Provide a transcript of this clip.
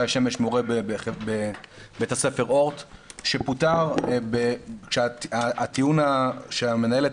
מורה בבית ספר אורט שפורט כשהטיעון שהמנהלת